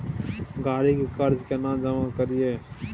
गाड़ी के कर्जा केना जमा करिए?